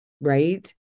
right